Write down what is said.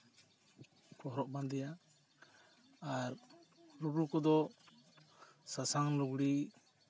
ᱠᱚ ᱦᱚᱨᱚᱜ ᱵᱟᱸᱫᱮᱭᱟ ᱟᱨ ᱨᱩᱨᱩ ᱠᱚᱫᱚ ᱥᱟᱥᱟᱝ ᱞᱩᱜᱽᱲᱤᱡ